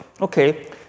okay